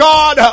God